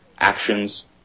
actions